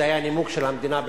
זה היה הנימוק של המדינה בבג"ץ.